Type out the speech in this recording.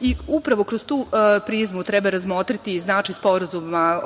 I upravo kroz tu prizmu treba razmotriti značaj sporazuma o